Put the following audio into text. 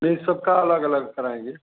नहीं सबका अलग अलग ही कराएँगे